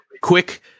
quick